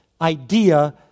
idea